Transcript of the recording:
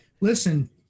listen